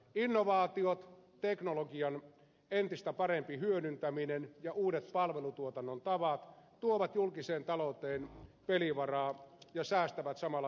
innovaatiot teknologian entistä parempi hyödyntäminen ja uudet palvelutuotannon tavat tuovat julkiseen talouteen pelivaraa ja säästävät samalla veroeuroja